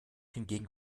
hingegen